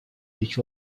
which